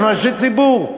אנחנו אנשי ציבור,